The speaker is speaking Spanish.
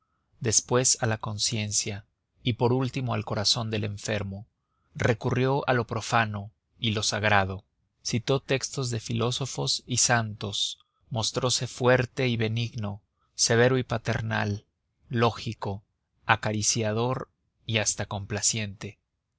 después a la conciencia y por último al corazón del enfermo recurrió a lo profano y lo sagrado citó textos de filósofos y santos mostrose fuerte y benigno severo y paternal lógico acariciador y hasta complaciente